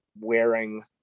wearing